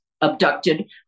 abducted